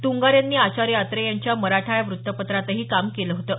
तुंगार यांनी आचार्य आत्रे यांच्या मराठा या वृतपत्रातही काम केलं होतं